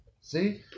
See